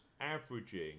averaging